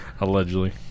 Allegedly